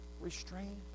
restrained